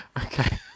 okay